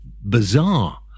bizarre